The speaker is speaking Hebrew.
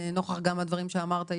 גם נוכח הדברים שאמרת,